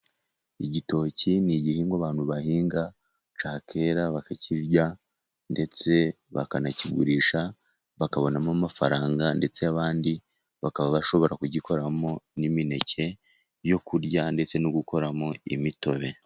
Igitoki ni igihingwa abantu bahinga, cyakwera bakakirya ndetse bakanakigurisha bakabonamo amafaranga, ndetse abandi bakaba bashobora kugikoramo n'imineke yo kurya ,ndetse no gukoramo imitobe.